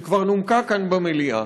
שכבר נומקה כאן, במליאה,